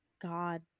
god